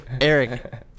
Eric